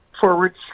forward